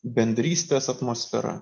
bendrystės atmosfera